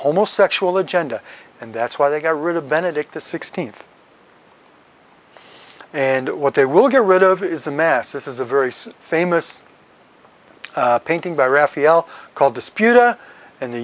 homosexual agenda and that's why they got rid of benedict the sixteenth and what they will get rid of is a mass this is a very famous painting by rafi l called disputer and the